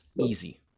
easy